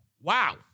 Wow